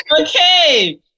Okay